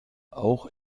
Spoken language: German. auch